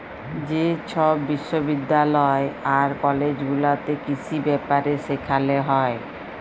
যে ছব বিশ্ববিদ্যালয় আর কলেজ গুলাতে কিসি ব্যাপারে সেখালে হ্যয়